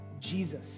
Jesus